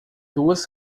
duas